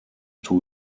two